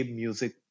music